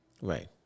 Right